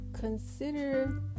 Consider